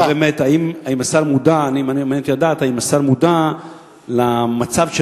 מעניין אותי לדעת אם השר מודע למצב של